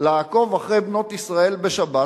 לעקוב אחרי בנות ישראל בשבת,